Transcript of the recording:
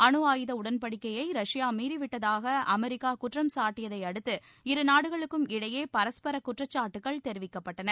அனுஆயுத உடன்படிக்கையை ரஷ்யா மீறி விட்டதாக அமெரிக்கா குற்றம் சாட்டியதை அடுத்து இரு நாடுகளுக்கும் இடையே பரஸ்பர குற்றச்சாட்டுக்கள் தெரிவிக்கப்பட்டள